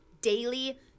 Daily